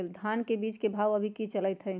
धान के बीज के भाव अभी की चलतई हई?